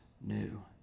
new